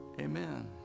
Amen